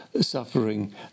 suffering